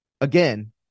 again